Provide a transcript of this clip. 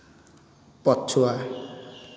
ପଛୁଆ